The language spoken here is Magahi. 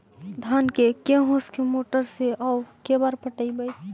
धान के के होंस के मोटर से औ के बार पटइबै?